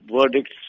verdicts